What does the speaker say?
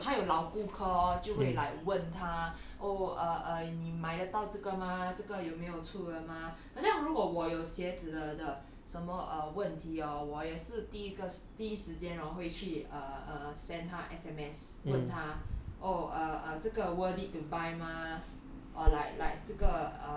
then 他他们就会 like 有他有老顾客 lor 就会 like 问他 oh err err 你买得到这个吗这个有没有出了吗很像如果我有鞋子的的什么 err 问题 orh 我也是第一个第一时间 orh 会去 err err send 他 S_M_S 问他 oh uh uh 这个 worth it to buy mah